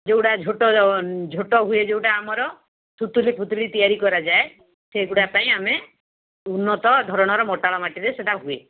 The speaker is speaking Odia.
ଯେଉଁଟା ଝୋଟ ଝୋଟ ହୁଏ ଯେଉଁଟା ଆମର ସୁତୁଲି ଫୁତୁଲି ତିଆରି କରାଯାଏ ସେଗୁଡ଼ା ପାଇଁ ଆମେ ଉନ୍ନତଧରଣର ମୋଟାଳ ମାଟିରେ ସେଟା ହୁଏ